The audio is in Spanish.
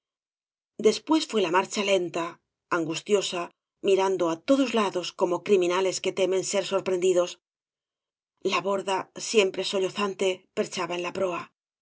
después fué la marcha lenta angustiosa mirando á todos lados como criminales que temen ser sorprendidos la borda siempre sollozante perchaba en la proa